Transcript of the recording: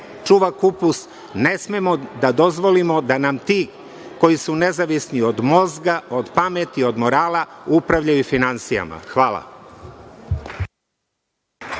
čuva kupus, ne smemo da dozvolimo da nam ti koji su nezavisni od mozga, od pameti, od morala upravljaju finansijama. Hvala.